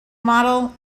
model